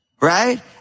Right